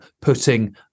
putting